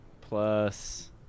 plus